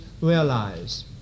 realize